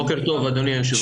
בוקר טוב אדוני היו"ר.